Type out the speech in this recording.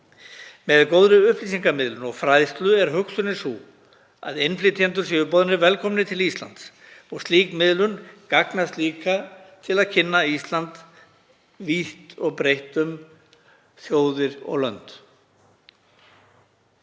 Með góðri upplýsingamiðlun og fræðslu er hugsunin sú að innflytjendur séu boðnir velkomnir til Íslands. Slík miðlun gagnast líka til að kynna Ísland vítt og breitt um þjóðir og lönd.